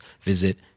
visit